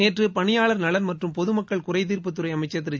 நேற்று பணியாளர் நலன் மற்றும் பொது மக்கள் குறைதீர்ப்புத் அமைச்சர் துறை திரு